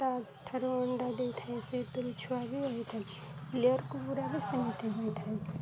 ତାଠାରୁ ଅଣ୍ଡା ଦେଇଥାଏ ସେଥିରୁ ଛୁଆ ବି ହୋଇଥାଏ ଲେୟର୍ କୁକଡ଼ା ବି ସେମିତି ହୋଇଥାଏ